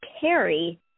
carry